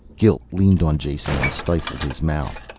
guilt leaned on jason and stifled his mouth.